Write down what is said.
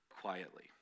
quietly